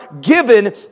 given